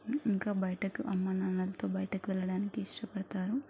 ఇంకా బయటకు అమ్మ నాన్నలతో బయటకు వెళ్ళడానికి ఇష్టపడతారు